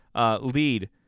lead